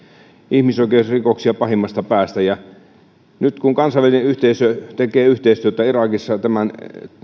ihmisoikeusrikoksia pahimmasta päästä nyt kun kansainvälinen yhteisö tekee yhteistyötä irakissa tämän